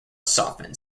softened